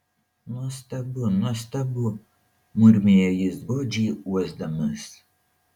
nuostabu nuostabu murmėjo jis godžiai uosdamas